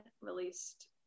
released